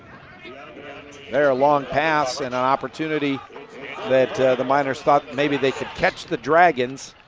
yeah there a long pass and an opportunity that the miners thought maybe they could catch the dragons